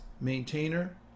maintainer